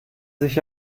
sich